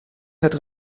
het